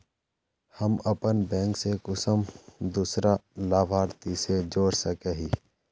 हम अपन बैंक से कुंसम दूसरा लाभारती के जोड़ सके हिय?